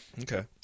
Okay